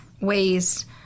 ways